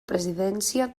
presidència